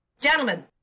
Gentlemen